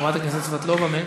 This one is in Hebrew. חברת הכנסת סבטלובה,